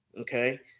Okay